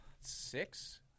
six